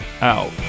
out